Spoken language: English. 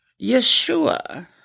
Yeshua